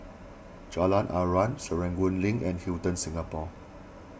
Jalan Aruan Serangoon Link and Hilton Singapore